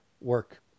work